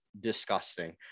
disgusting